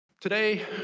Today